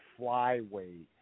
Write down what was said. flyweight